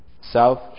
South